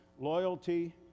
loyalty